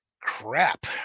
Crap